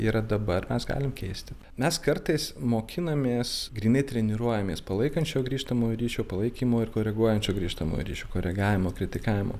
yra dabar mes galim keisti mes kartais mokinamės grynai treniruojamės palaikančio grįžtamojo ryšio palaikymo ir koreguojančio grįžtamojo ryšio koregavimo kritikavimo